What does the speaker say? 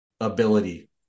ability